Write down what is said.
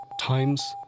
times